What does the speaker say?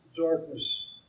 darkness